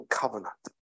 covenant